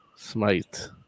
Smite